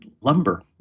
lumber